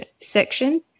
section